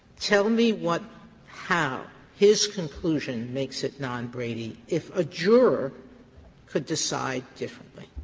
tell me what how his conclusion makes it non-brady if a juror could decide differently.